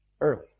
Early